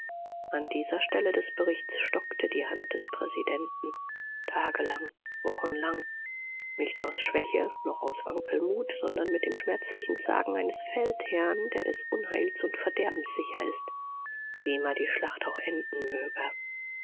an dieser stelle des berichts stockte die hand des präsidenten tagelang wochenlang nicht aus schwäche noch aus wankelmut sondern mit dem schmerzlichen zagen eines feldherrn der des unheils und verderbens sicher ist wie immer die schlacht auch enden möge